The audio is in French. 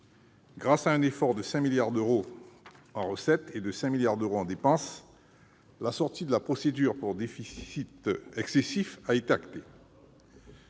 Grâce à un effort de 5 milliards d'euros en recettes et de 5 milliards d'euros en dépenses, la sortie de la procédure pour déficit excessif a été actée.